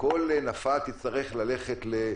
וכל נפה תצטרך ללכת...